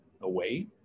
away